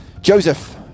joseph